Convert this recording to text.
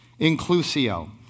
Inclusio